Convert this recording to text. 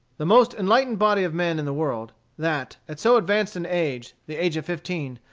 the most enlightened body of men in the world, that, at so advanced an age, the age of fifteen,